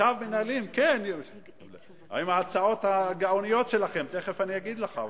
עם ההצעות הגאוניות שלכם, תיכף אני אגיד לך אותן,